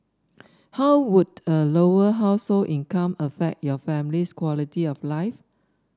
how would a Lower Household income affect your family's quality of life